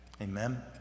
Amen